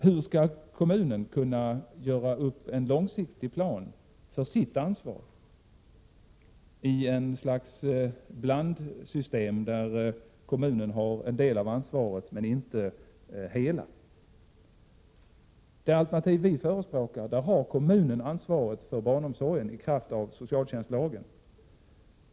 Hur skall kommunen kunna göra upp en långsiktig plan för sitt ansvar i ett blandsystem där kommunen har en del av ansvaret men inte hela? I det alternativ vi förespråkar har kommunen, i kraft av socialtjänstlagen, ansvaret för barnomsorgen.